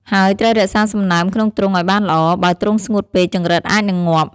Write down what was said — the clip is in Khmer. ហើយត្រូវរក្សាសំណើមក្នុងទ្រុងឲ្យបានល្អ បើទ្រុងស្ងួតពេក ចង្រិតអាចនឹងងាប់។